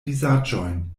vizaĝojn